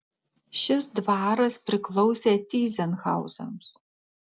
šis dvaras priklausė tyzenhauzams